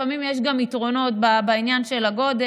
לפעמים יש גם יתרונות בעניין של הגודל,